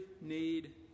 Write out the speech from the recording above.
need